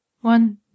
One